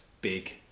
big